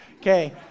Okay